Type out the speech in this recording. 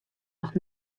noch